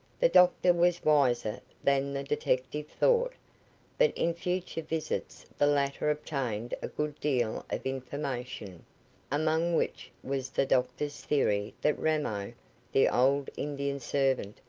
the doctor was wiser than the detective thought but in future visits the latter obtained a good deal of information, among which was the doctor's theory that ramo, the old indian servant,